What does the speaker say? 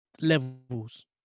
levels